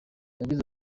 yagize